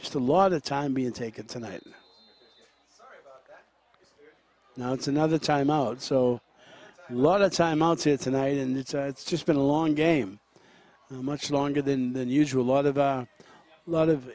just a lot of time being taken tonight now it's another time out so lot of time outside tonight and it's it's just been a long game much longer than than usual lot of a lot of